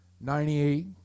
Ninety-eight